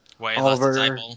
Oliver